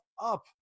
up